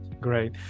Great